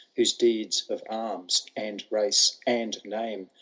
whose deeds of arms, and race, and name,